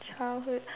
childhood